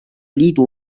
liidu